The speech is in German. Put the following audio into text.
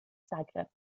zagreb